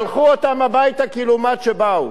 שלחו אותם הביתה כלעומת שבאו.